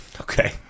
Okay